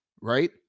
Right